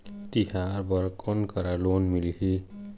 तिहार बर कोन करा लोन मिलही?